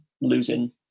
losing